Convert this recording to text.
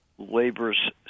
labor's